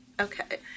Okay